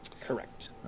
Correct